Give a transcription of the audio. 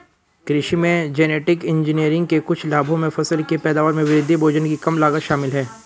कृषि में genetic engineering के कुछ लाभों में फसल की पैदावार में वृद्धि, भोजन की कम लागत शामिल हैं